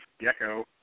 gecko